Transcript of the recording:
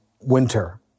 winter